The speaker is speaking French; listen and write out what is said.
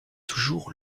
toujours